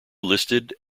listed